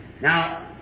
Now